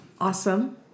awesome